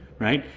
right?